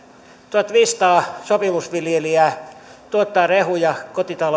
tuhatviisisataa sopimusviljelijää tuottaa rehuja